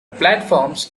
platforms